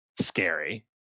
scary